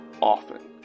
often